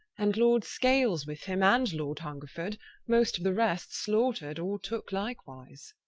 and lord scales with him, and lord hungerford most of the rest slaughter'd, or tooke likewise